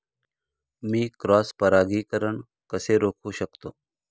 मी cross परागीकरण कसे रोखू शकतो?